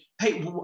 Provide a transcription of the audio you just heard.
hey